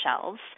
shelves